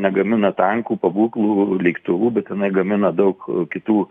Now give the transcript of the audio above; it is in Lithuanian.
negamina tankų pabūklų lėktuvų bet jinai gamina daug kitų